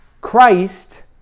Christ